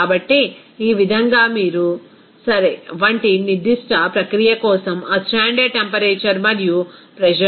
కాబట్టి ఈ విధంగా మీరు సరే వంటి నిర్దిష్ట ప్రక్రియ కోసం ఆ స్టాండర్డ్ టెంపరేచర్ మరియు ప్రెజర్ ని పరిగణించాలి